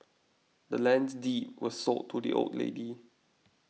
the land's deed was sold to the old lady